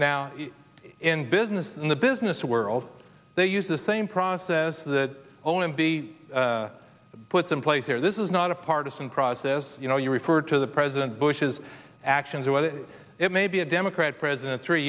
now in business in the business world they use the same process that onan be put in place here this is not a partisan process you know you refer to the president bush's actions or whether it may be a democrat president three